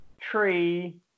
Tree